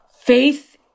faith